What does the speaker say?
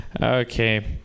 Okay